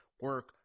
Work